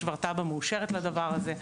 יש כבר תב"ע מאושרת לדבר הזה.